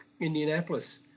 Indianapolis